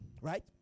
right